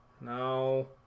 No